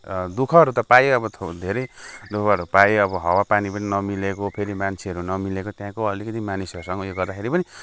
दु खहरू त पाएँ अब थो धेरै दु खहरू पाएँ अब हावापानी पनि नमिलेको फेरि मान्छेहरू नमिलेको त्यहाँको अलिकति मानिसहरूसँग उयो गर्दाखेरि पनि